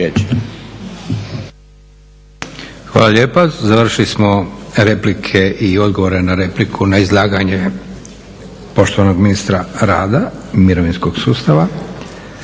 Hvala lijepa. Završili smo replike i odgovore na repliku na izlaganje poštovanog ministra rada mirovinskog sustava.